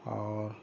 اور